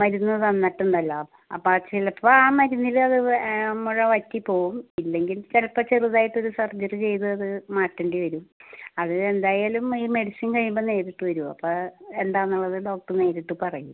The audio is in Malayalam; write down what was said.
മരുന്ന് തന്നിട്ടുണ്ടല്ലോ അപ്പം ആ ചിലപ്പോൾ ആ മരുന്നിൽ അത് മുഴ വറ്റിപ്പോവും ഇല്ലെങ്കിൽ ചിലപ്പം ചെറുതായിട്ട് സർജറി ചെയ്തത് മാറ്റേണ്ടി വരും അതിനെന്തായാലും ഈ മെഡിസിൻ കഴിയുമ്പോൾ നേരിട്ട് വരൂ അപ്പം എന്താന്നുള്ളത് ഡോക്ടറ് നേരിട്ട് പറയും